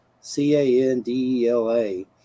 C-A-N-D-E-L-A